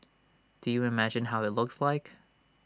do you imagine how IT looks like